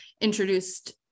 introduced